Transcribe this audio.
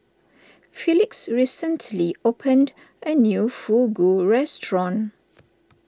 Felix recently opened a new Fugu restaurant